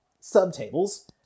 subtables